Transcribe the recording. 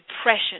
depression